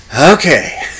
okay